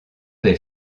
des